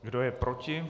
Kdo je proti?